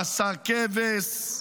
בשר כבש.